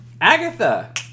Agatha